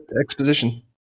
exposition